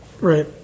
right